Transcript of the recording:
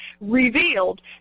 revealed